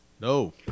No